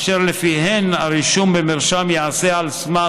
אשר לפיהן הרישום במרשם ייעשה על סמך